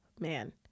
Man